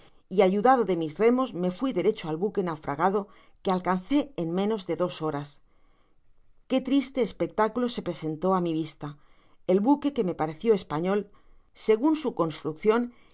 y ayudado de mis remos me fai derecho al buque naufragado que alcancé en menos de dos horas qué triste espectáculo se presentó á mi vista el buque que me parecio español segun su construccion